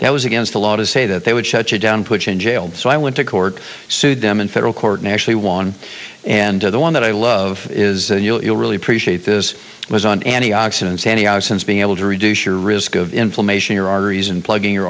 that was against the law to say that they would shut you down put in jail so i went to court sued them in federal court and actually won and the one that i love is you'll really appreciate this was an antioxidant sannyasins being able to reduce your risk of inflammation your arteries and plugging your